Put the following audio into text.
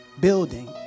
building